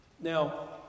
Now